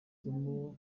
isomo